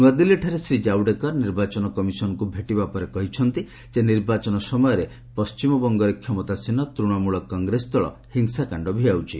ନୂଆଦିଲ୍ଲୀଠାରେ ଶ୍ରୀ କାୱଡେକର ନିର୍ବାଚନ କମିଶନଙ୍କୁ ଭେଟିବା ପରେ କହିଛନ୍ତି ଯେ ନିର୍ବାଚନ ସମୟରେ ପଣ୍ଟିମବଙ୍ଗରେ କ୍ଷମତାସୀନ ତୂଶମୂଳ କଂଗ୍ରେସ ଦଳ ହିଂସାକାଣ୍ଡ ଭିଆଉଛି